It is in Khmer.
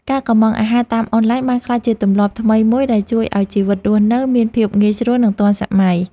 ការកម្ម៉ង់អាហារតាមអនឡាញបានក្លាយជាទម្លាប់ថ្មីមួយដែលជួយឱ្យជីវិតរស់នៅមានភាពងាយស្រួលនិងទាន់សម័យ។